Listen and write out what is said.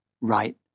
right